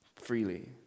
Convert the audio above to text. freely